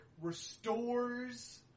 restores